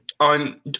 on